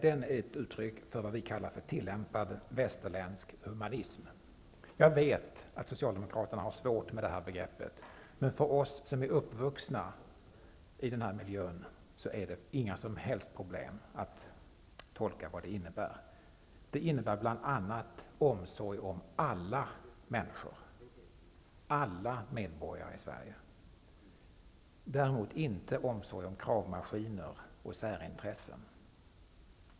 Det är ett uttryck för vad vi kallar tillämpad, västerländsk humanism. Jag vet att Socialdemokraterna har svårt med det begreppet, men för oss som är uppvuxna i den här miljön är det inga som helst problem att tolka vad det innebär. Det innebär bl.a. omsorg om alla människor, alla medborgare i Sverige. Det innebär däremot inte någon omsorg om kravmaskiner och särintressen.